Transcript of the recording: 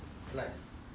boring